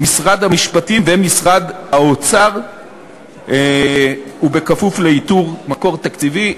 משרד המשפטים ומשרד האוצר ובכפוף לאיתור מקור תקציבי.